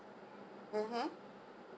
(uh huh)